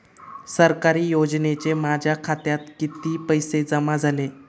सरकारी योजनेचे माझ्या खात्यात किती पैसे जमा झाले?